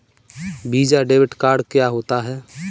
Visa debit card क्या होता है?